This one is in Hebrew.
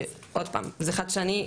עוד פעם זה חדשני,